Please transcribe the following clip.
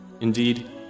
indeed